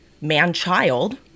man-child